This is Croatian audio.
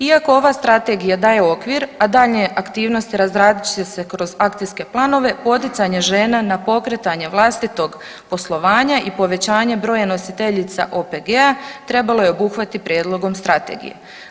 Iako ova strategija daje okvir, a daljnje aktivnosti razradit će se kroz akcijske planove, poticanje žena na pokretanje vlastitog poslovanja i povećanja broja nositeljica OPG-a trebalo je obuhvatiti prijedlogom strategije.